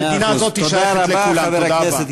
תודה רבה.